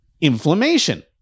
inflammation